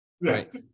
right